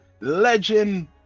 legend